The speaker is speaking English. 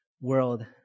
world